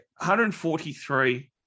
143